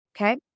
Okay